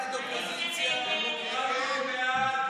ההסתייגות (1) של חברי הכנסת יאיר לפיד,